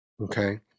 okay